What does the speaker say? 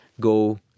go